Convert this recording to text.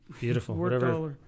beautiful